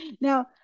Now